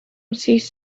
ceased